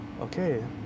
okay